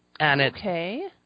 Okay